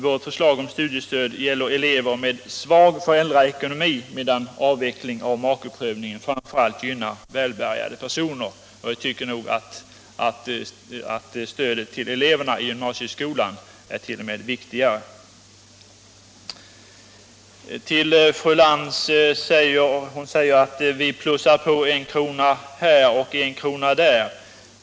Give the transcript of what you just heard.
Vårt förslag om studiestöd gäller elever med svag föräldraekonomi, medan avveckling av makeprövningen framför allt gynnar välbärgade personer. Jag tycker nog att stödet till eleverna i gymnasieskolan är något viktigare. Fru Lantz säger att vi plussar på en krona här och en krona där.